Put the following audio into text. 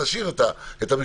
אבל להשאיר את המיקוד.